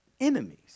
enemies